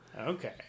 Okay